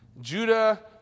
Judah